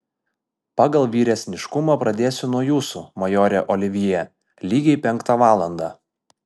pagal vyresniškumą pradėsiu nuo jūsų majore olivjė lygiai penktą valandą